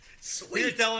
Sweet